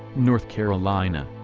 north carolina.